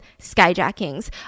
skyjackings